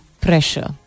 pressure